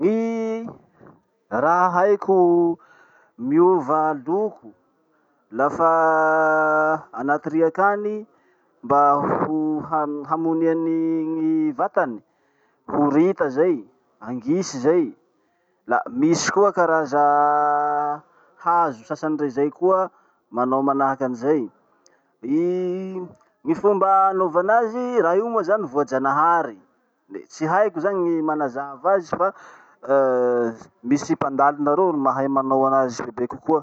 Gny raha haiko miova loko lafa anaty riaky any mba ho- ha- hamoniany gny vatany: Horita zay, angisy zay. La misy koa karaza hazo sasany rey zay koa manao manahaky anizay. Gny gny fomba anaova anazy, raha io moa zany voajanahary. Le tsy haiko zany gny manazava azy fa misy mpandalina reo mahay manao anazy bebe kokoa.